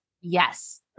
Yes